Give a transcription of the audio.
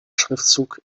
schriftzug